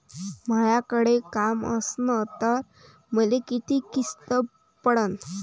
मायाकडे काम असन तर मले किती किस्त पडन?